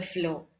flow